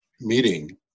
meeting